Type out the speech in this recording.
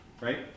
Right